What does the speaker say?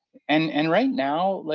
and and right now, like